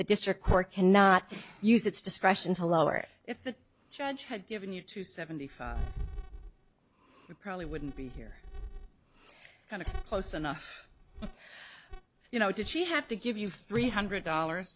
the district court cannot use its discretion to lower it if the judge had given you to seventy five it probably wouldn't be here kind of close enough you know did she have to give you three hundred dollars